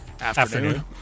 afternoon